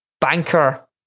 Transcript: banker